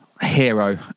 hero